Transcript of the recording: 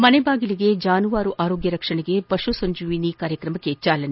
ಮನೆಬಾಗಿಲಿಗೆ ಜಾನುವಾರುಗಳ ಆರೋಗ್ಯ ರಕ್ಷಣೆಗೆ ಪಶು ಸಂಜೀವಿನಿ ಕಾರ್ಯಕ್ರಮಕ್ಕೆ ಚಾಲನೆ